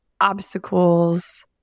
obstacles